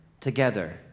together